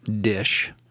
dish